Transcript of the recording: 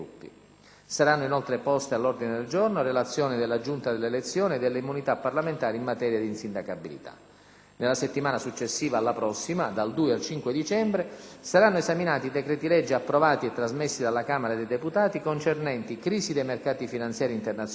Saranno inoltre poste all'ordine del giorno relazioni della Giunta delle elezioni e delle immunità parlamentari in materia di insindacabilità. Nella settimana successiva alla prossima, dal 2 al 5 dicembre, saranno esaminati i decreti-legge approvati e trasmessi dalla Camera dei deputati concernenti crisi dei mercati finanziari internazionali,